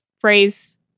phrase